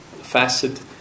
facet